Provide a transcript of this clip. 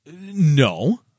no